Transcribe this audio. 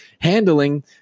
handling